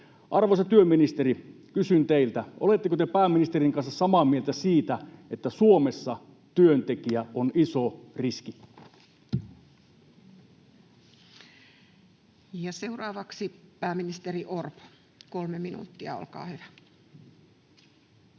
Arvoisa työministeri, kysyn teiltä: oletteko te pääministerin kanssa samaa mieltä siitä, että Suomessa työntekijä on iso riski? Ja seuraavaksi pääministeri Orpo, kolme minuuttia, olkaa hyvä.